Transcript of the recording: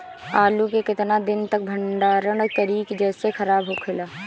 आलू के केतना दिन तक भंडारण करी जेसे खराब होएला?